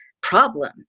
problem